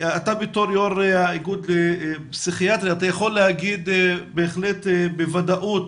אתה בתור יו"ר האיגוד לפסיכיאטריה יכול בהחלט להגיד בוודאות